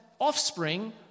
offspring